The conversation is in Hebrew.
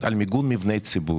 על מיגון מבני ציבור.